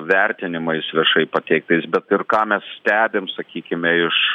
vertinimais viešai pateiktais bet ir ką mes stebim sakykime iš